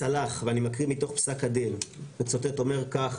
טענה כזאת נאמרת רק על מי שהולך עם כיפה.